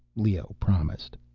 leoh promised.